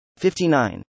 59